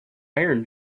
iron